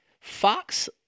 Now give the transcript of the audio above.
Fox